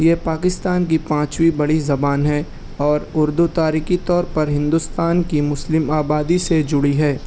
یہ پاکستان کی پانچویں بڑی زبان ہے اور اردو تاریخی طور پر ہندوستان کی مسلم آبادی سے جڑی ہے